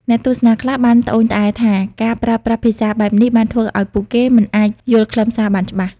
អ្នកទស្សនាខ្លះបានត្អូញត្អែរថា ការប្រើប្រាស់ភាសាបែបនេះបានធ្វើឱ្យពួកគេមិនអាចយល់ខ្លឹមសារបានច្បាស់។